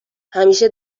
همیشه